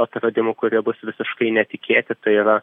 atradimų kurie bus visiškai netikėti tai yra